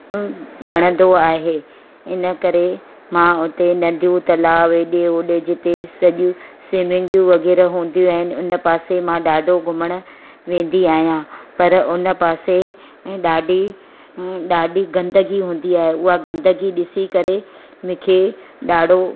उहो वणंदो आहे इनकरे मां उते नंदियूं तलाउ हेॾे होॾे जिते सॼियूं सिमींगियूं वग़ैरह हूंदियूं आहिनि उन पासे मां ॾाढो घुमणु वेंदी आहियां पर उन पासे ॾाढी हम्म ॾाढी गंदगी हूंदी आहे उहा गंदगी ॾिसी करे मूंखे ॾाढो